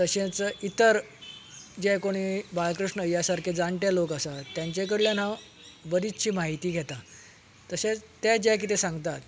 तशेंच इतर जे कोणूय बाळकृष्ण अय्या सारके जाण्टे लोक आसात तांचे कडल्यान हांव बरीचशी म्हायती घेता तशेंच ते जे कितें सांगतात